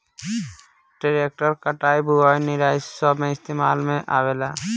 tractor कटाई, बुवाई, निराई सब मे इस्तेमाल में आवेला